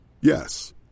Yes